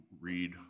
read